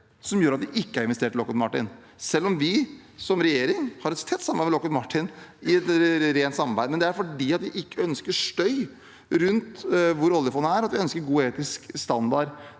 som gjør at vi ikke har investert i Lockheed Martin, selv om vi som regjering har et tett samarbeid med Lockheed Martin, som er et rent samarbeid. Det er fordi vi ikke ønsker støy rundt hvor oljefondet er, og at vi ønsker god etisk standard